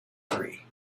three